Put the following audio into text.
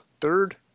third